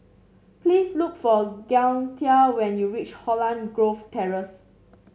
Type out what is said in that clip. please look for Gaither when you reach Holland Grove Terrace